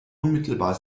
unmittelbar